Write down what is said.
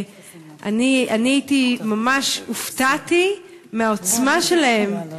אני ממש הופתעתי מהעוצמה שלהם.